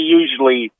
usually